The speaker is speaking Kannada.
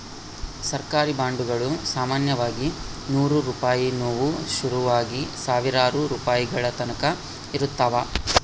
ಸರ್ಕಾರಿ ಬಾಂಡುಗುಳು ಸಾಮಾನ್ಯವಾಗಿ ನೂರು ರೂಪಾಯಿನುವು ಶುರುವಾಗಿ ಸಾವಿರಾರು ರೂಪಾಯಿಗಳತಕನ ಇರುತ್ತವ